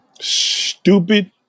stupid